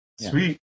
Sweet